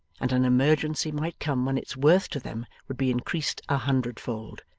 and an emergency might come when its worth to them would be increased a hundred fold.